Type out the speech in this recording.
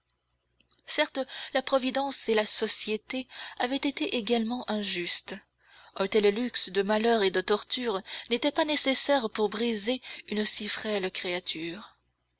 certes la providence et la société avaient été également injustes un tel luxe de malheur et de torture n'était pas nécessaire pour briser une si frêle créature